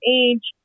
age